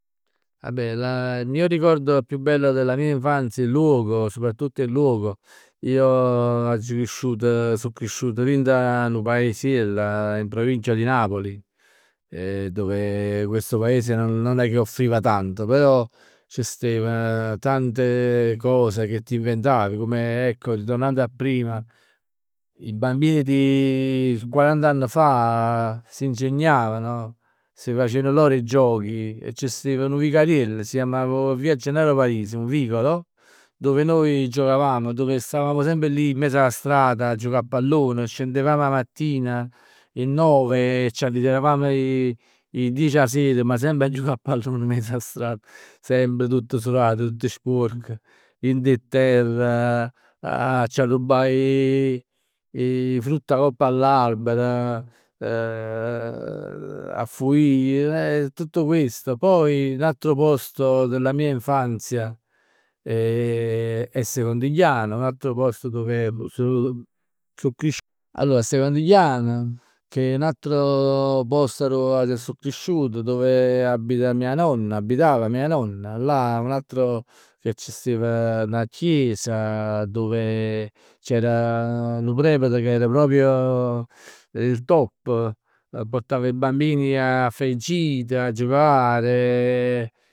Vabbè la, il mio ricordo più bello della mia infanzia è il luogo, soprattutto il luogo. Io aggio cresciuto, so cresciuto dint 'a nu paesiell in provincia di Napoli, dove questo paese non è che offriva tanto, però c' stev tante cose che ti inventavi, come ecco ritornando a prima. I bambini di quarant'anni fa si ingegnavano, si facevn loro 'e giochi e c' stev nu vicariell, si chiamava Via Gennaro Parisi, un vicolo, dove noi giocavamo, dove stavamo semp lì in mezzo alla strada a giocà a pallone, scendevamo 'a mattina 'e nove e c'arritiravamo 'e 'e dieci 'a ser, ma semp a jucà a pallon miezz 'a strad. Semp tutt surat, tutt spuorc. Dint pe terre a c'arrubbà 'e 'e frutt acopp all'alber, a fuji. Tutto questo. Poi un altro posto della mia infanzia è Secondigliano, un altro posto dove so, so creciuto. Allor a Secondigliano, che è n'altro posto arò so cresciuto, dove abita mia nonna, abitava mia nonna là. Un altro che ci stev 'na chiesa dove c'era nu prevt che era proprio il top. Portava i bambini a fa 'e gite, a giocare.